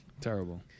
Terrible